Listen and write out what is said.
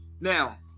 now